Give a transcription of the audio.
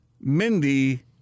Mindy